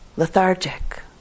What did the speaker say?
lethargic